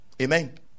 amen